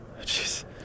Jeez